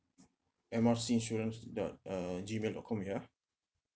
M R C insurance dot uh G mail dot com ya